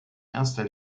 erster